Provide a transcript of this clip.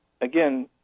again